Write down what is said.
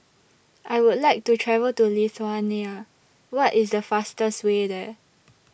I Would like to travel to Lithuania What IS The fastest Way There